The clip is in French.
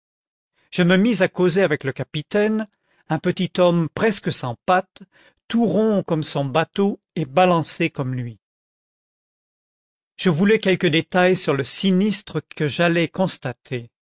je me mis à causer avec le capitaine un petit homme presque sans pattes tout rond comme son bateau et balancé comme lui je voulais quelques détails sur le sinistre que j'allais constater